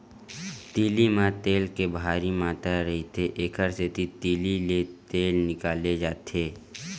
तिली म तेल के भारी मातरा रहिथे, एकर सेती तिली ले तेल निकाले जाथे